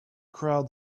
crowd